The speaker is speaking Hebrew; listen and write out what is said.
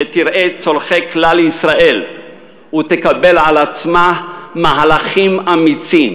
שתראה את צורכי כלל ישראל ותקבל על עצמה מהלכים אמיצים,